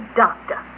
doctor